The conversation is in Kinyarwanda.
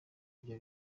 ibyo